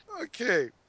Okay